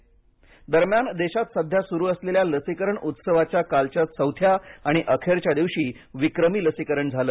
लसीकरण दरम्यान देशात सध्या सुरु असलेल्या लसीकरण उत्सवाच्या कालच्या चौथ्या आणि अखेरच्या दिवशी विक्रमी लसीकरण झालं